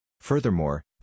Furthermore